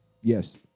yes